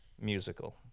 musical